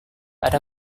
ada